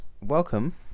welcome